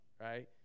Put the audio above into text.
right